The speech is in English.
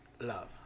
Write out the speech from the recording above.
Love